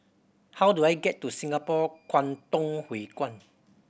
how do I get to Singapore Kwangtung Hui Kuan